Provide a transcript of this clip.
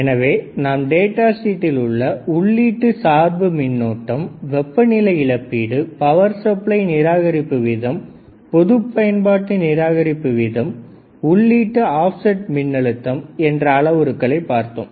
எனவே நாம் டேட்டா ஷீட்டில் உள்ள உள்ளீட்டு சார்பு மின்னோட்டம் வெப்பநிலை இழப்பீடு பவர் சப்ளை நிராகரிப்பு வீதம் பொதுப் பயன்பாட்டு நிராகரிப்பு வீதம் உள்ளீட்டு ஆப்செட் மின்னழுத்தம் என்ற அளவுருக்களை பார்த்தோம்